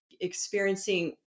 experiencing